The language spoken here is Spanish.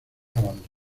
abandonó